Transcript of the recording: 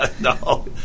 No